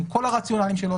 עם כל הרציונלים שלו,